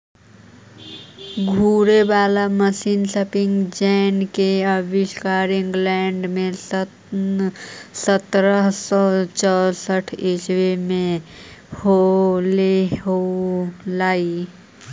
घूरे वाला मशीन स्पीनिंग जेना के आविष्कार इंग्लैंड में सन् सत्रह सौ चौसठ ईसवी में होले हलई